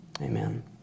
Amen